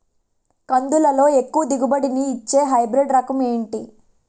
కందుల లో ఎక్కువ దిగుబడి ని ఇచ్చే హైబ్రిడ్ రకం ఏంటి?